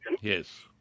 Yes